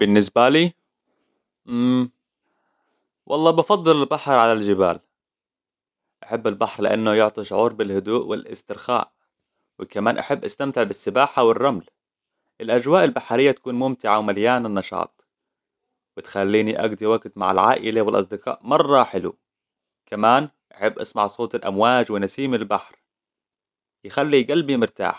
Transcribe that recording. بالنسبالي والله بفضل البحر على الجبال أحب البحر لأنه يعطي شعور بالهدوء والاسترخاء وكمان أحب أستمتع بالسباحة والرمل الأجواء البحرية تكون ممتعة ومليانه نشاط بتخليني أقضي وقت مع العائلة والأصدقاء مرة حلوة كمان أحب أسمع صوت الأمواج ونسيم البحر يخلي قلبي مرتاح